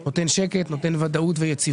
הוא נותן שקט, הוא נותן ודאות ויציבות.